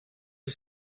you